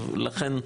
לכן,